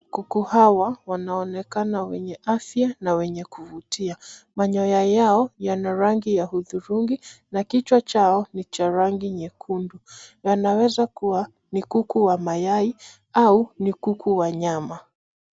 Kuku hawa wanaonekana wenye afya na wenye kuvutia. Manyoa yao yana rangi ya hudhurungi na kichwa chao ni cha rangi nyekundu. Wanaweza kuwa ni kuku wa mayai au ni kuki wa nyama.